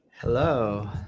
Hello